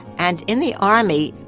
and in the army,